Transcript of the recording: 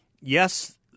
yes